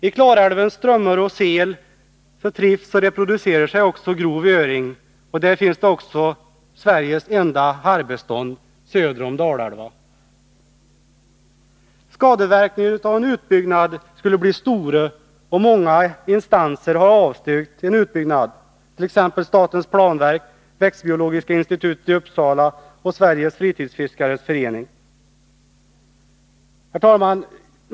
I Klarälvens strömmar och sel trivs och reproducerar sig också grov öring, och där finns även Sveriges enda harrbestånd söder om Dalälven. Skadeverkningarna av en utbyggnad skulle bli stora. Många instanser har också avstyrkt en sådan, t.ex. statens planverk, Växtbiologiska institutet i Uppsala och Sveriges fritidsfiskares förening. Herr talman!